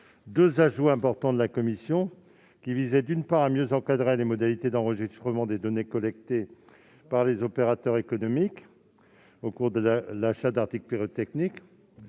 deux ajouts importants de la commission, qui visent à mieux encadrer les modalités d'enregistrement des données collectées par les opérateurs économiques au cours de l'achat d'articles pyrotechniques,